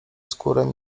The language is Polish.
skórę